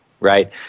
right